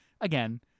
again